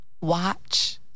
Watch